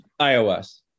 iOS